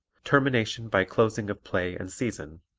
termination by closing of play and season